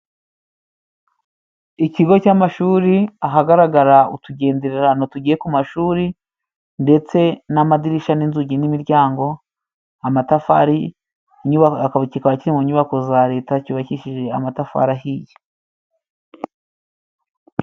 Ikigo cy'amashuri, ahagaragara utugendererano tugiye ku mashuri. Ndetse n'amadirishya, n'inzugi n'imiryango amatafari, kikaba kiri mu nyubako za Leta cyubakishije amatafari ahiye.